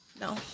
No